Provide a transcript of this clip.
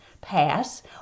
pass